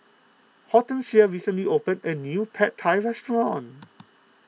Hortensia recently opened a new Pad Thai restaurant